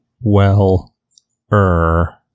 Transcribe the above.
well-er